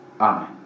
Amen